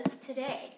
today